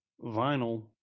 vinyl